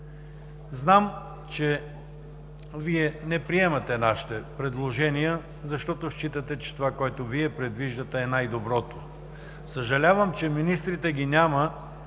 Знам, че Вие не приемате нашите предложения, защото смятате, че това, което Вие предвиждате, е най-доброто. Съжалявам, че министрите ги няма